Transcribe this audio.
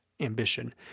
Ambition